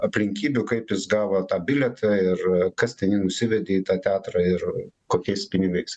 aplinkybių kaip jis gavo tą bilietą ir kas ten jį nusivedė į tą teatrą ir kokiais pinigais